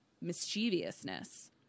mischievousness